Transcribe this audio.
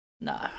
No